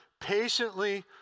Patiently